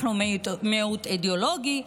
אנחנו מיעוט אידיאולוגי,